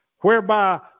whereby